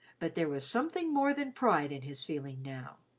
but there was something more than pride in his feeling now.